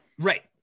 Right